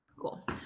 Cool